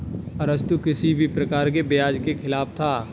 अरस्तु किसी भी प्रकार के ब्याज के खिलाफ था